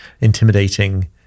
intimidating